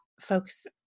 folks